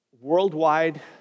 worldwide